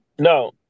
No